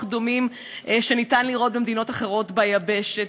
דומים שאפשר לראות במדינות אחרות ביבשת,